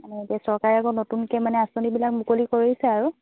এতিয়া চৰকাৰে আকৌ নতুনকৈ মানে আঁচনিবিলাক মুকলি কৰিছে আৰু